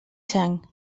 sang